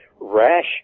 Rash